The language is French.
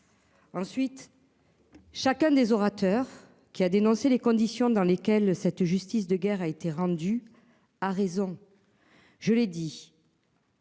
Ensuite. Chacun des orateurs qui a dénoncé les conditions dans lesquelles cette justice de guerre a été rendu à raison. Je l'ai dit.